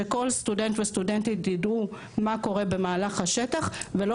שכל סטודנט וסטודנטית יידעו מה קורה במהלך השטח ולא